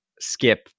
skip